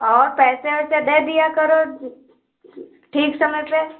और पैसे वैसे दे दिया करो ठीक समय पर